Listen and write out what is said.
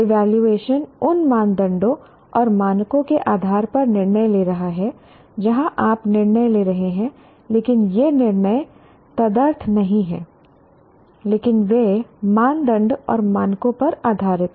evaluation उन मानदंडों और मानकों के आधार पर निर्णय ले रहा है जहां आप निर्णय ले रहे हैं लेकिन ये निर्णय तदर्थ नहीं हैं लेकिन वे मानदंड और मानकों पर आधारित हैं